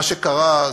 מה שקרה,